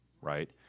right